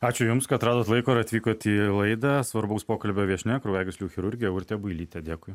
ačiū jums kad radot laiko ir atvykot į laidą svarbaus pokalbio viešnia kraujagyslių chirurgė urtė builytė dėkui